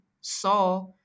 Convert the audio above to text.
saw